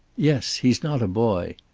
yes. he's not a boy.